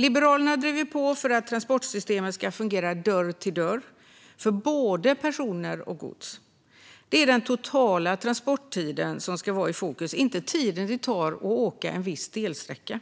Liberalerna har drivit på för att transportsystemet ska fungera från dörr till dörr för både personer och gods. Det är den totala transporttiden som ska vara i fokus, inte tiden det tar att åka en viss delsträcka.